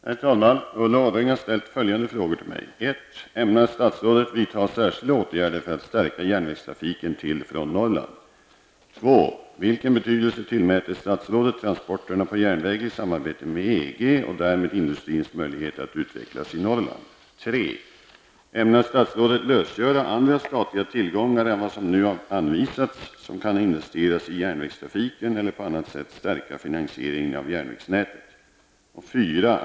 Herr talman! Ulla Orring har ställt följande frågor till mig: 2. Vilken betydelse tillmäter statsrådet transporterna på järnväg i samarbete med EG och därmed industrins möjligheter att utvecklas i Norrland? 3. Ämnar statsrådet lösgöra andra statliga tillgångar än vad som nu anvisats som kan investeras i järnvägstrafiken eller på annat sätt stärka finansieringen av järnvägsnätet? 4.